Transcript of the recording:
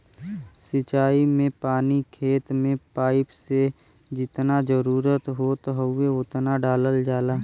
सिंचाई में पानी खेत में पाइप से जेतना जरुरत होत हउवे ओतना डालल जाला